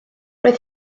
roedd